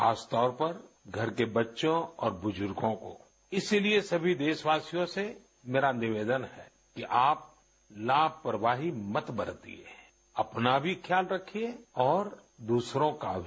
खासतौर पर घर के बच्चों और बुजुर्गो को इसीलिए सभी देशवासियों से मेरा निवेदन है कि आप लापरवाही मत बरतिये अपना भी ख्याल रखिए और दूसरों का भी